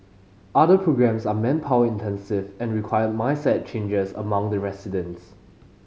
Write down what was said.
other programmes are manpower intensive and require mindset changes among the residents